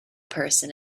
person